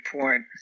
point